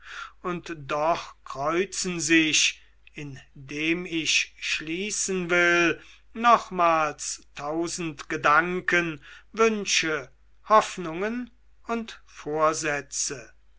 und doch kreuzen sich indem ich schließen will nochmals tausend gedanken wünsche hoffnungen und vorsätze